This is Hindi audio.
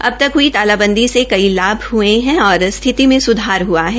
अब तक हई तालाबंदी से कई लाभ हये है और स्थिति में सुधार हआ है